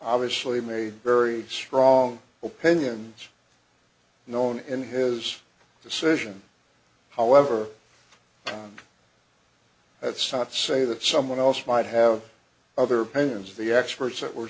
obviously made very strong opinions known in his decision however that's not say that someone else might have other opinions of the experts that were